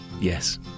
Yes